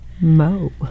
Mo